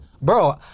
Bro